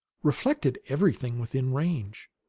reflected everything within range.